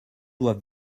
doivent